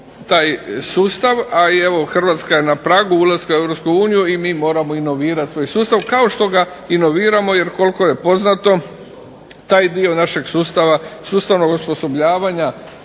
taj sustav, a evo Hrvatska je na pragu ulaska u Europsku uniju i mi moramo inovirat svoj sustav kao što ga inoviramo jer koliko je poznato taj dio našeg sustava, sustavnog osposobljavanja